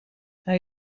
hij